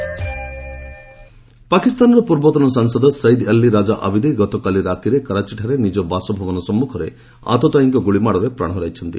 ପାକ୍ ମଡର ପାକିସ୍ତାନର ପୂର୍ବତନ ସାଂସଦ ସଇଦ୍ ଅଲ୍ଲୀ ରାଜା ଆବିଦି ଗତକାଲି ରାତିରେ କରାଚିଠାରେ ନିଜ ବାସଭବନ ସମ୍ମୁଖରେ ଆତତାୟୀଙ୍କ ଗ୍ରଳିମାଡ଼ରେ ପ୍ରାଣ ହରାଇଛନ୍ତି